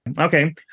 Okay